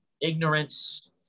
ignorance